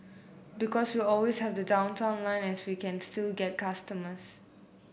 because we always have the Downtown Line so we can still get customers